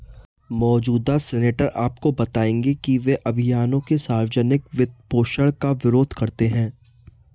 मौजूदा सीनेटर आपको बताएंगे कि वे अभियानों के सार्वजनिक वित्तपोषण का विरोध करते हैं